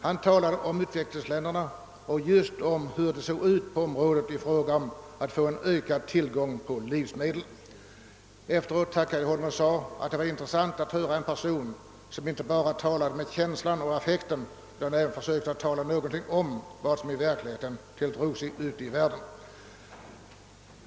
Han talade om utvecklingsländerna och möjligheterna att få en ökad tillgång på livsmedel. Efter föredraget tackade jag honom och sade, att det var intressant att få lyssna till en person som inte bara talade med känslor och affekter utan även försökte berätta något om vad som i verkligheten tilldrog sig ute i världen.